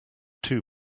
two